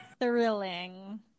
Thrilling